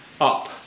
up